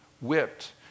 whipped